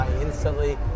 instantly